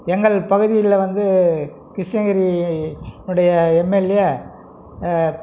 எங்கள் பகுதியில் வந்து கிருஷ்ணகிரியினுடைய எம்எல்ஏ